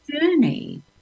journey